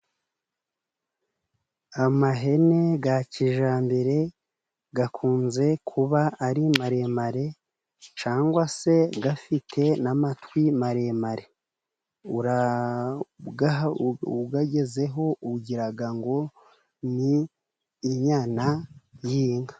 Amahene ya kijambere akunze kuba ari maremare cyangwa se afite n'amatwi maremare. Uyagezeho, ugiraga ngo ni inyana y'inka.